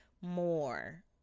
more